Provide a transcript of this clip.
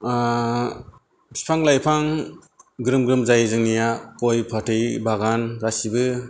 बिफां लाइफां ग्रोम ग्रोम जायो जोंनिया गय फाथै बागान गासैबो